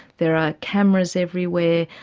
there are cameras everywhere.